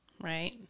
right